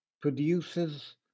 produces